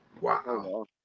Wow